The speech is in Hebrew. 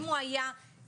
אם היה 2.3,